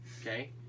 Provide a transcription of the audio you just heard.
Okay